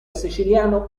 siciliano